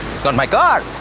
it's not my car.